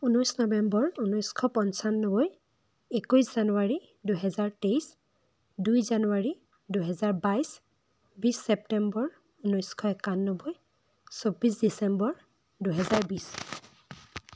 ঊনৈছ নৱেম্বৰ ঊনৈছশ পঞ্চানব্বৈ একৈছ জানুৱাৰী দুহেজাৰ তেইছ দুই জানুৱাৰী দুহেজাৰ বাইছ বিছ ছেপ্টেম্বৰ ঊনৈছশ একান্নবৈ চৌব্বিছ ডিচেম্বৰ দুহেজাৰ বিছ